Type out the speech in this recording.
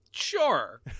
Sure